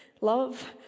love